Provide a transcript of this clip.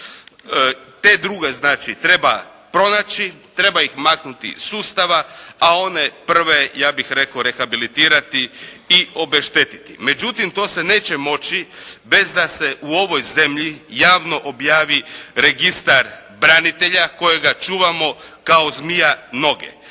Te druge, znači treba pronaći, treba ih maknuti iz sustava, a one prve, ja bih rekao rehabilitirati i obeštetiti. Međutim, to se neće moći bez da se u ovoj zemlji javno objavi registar branitelja kojega čuvamo kao zmija noge.